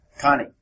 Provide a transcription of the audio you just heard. Connie